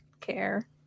care